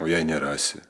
o jei nerasi